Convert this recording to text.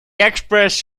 express